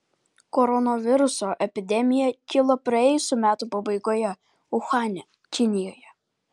koronaviruso epidemija kilo praėjusių metų pabaigoje uhane kinijoje